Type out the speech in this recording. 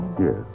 Yes